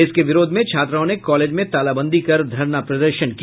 इसके विरोध में छात्राओं ने कॉलेज में तालाबंदी कर धरना प्रदर्शन किया